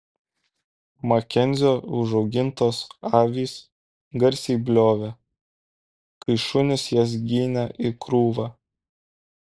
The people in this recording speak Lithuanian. makenzio užaugintos avys garsiai bliovė kai šunys jas ginė į krūvą